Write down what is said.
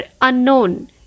unknown